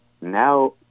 Now